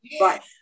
right